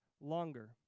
longer